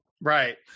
right